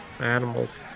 Animals